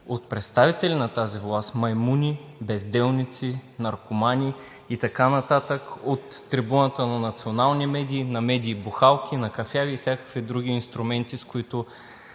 от представители на тази власт „маймуни“, „безделници“, „наркомани“ и така нататък от трибуната на национални медии, на медии-бухалки, на кафяви и всякакви други инструменти, с които